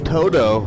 Toto